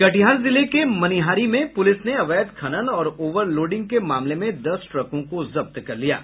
कटिहार जिले में मनिहारी में पुलिस ने अवैध खनन और ओवरलोडिंग के मामले में दस ट्रकों को जब्त कर लिया है